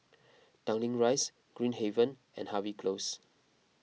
Tanglin Rise Green Haven and Harvey Close